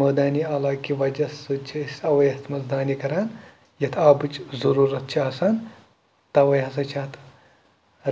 مٲدٲنی علاقہٕ کہِ وجہ سۭتۍ چھِ أسۍ اوَے اَتھ منٛز دانہِ کَران یَتھ آبٕچ ضٔروٗرتھ چھِ آسان تَوَے ہَسا چھِ اَتھ